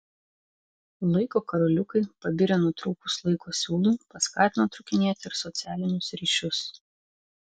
laiko karoliukai pabirę nutrūkus laiko siūlui paskatino trūkinėti ir socialinius ryšius